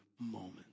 moment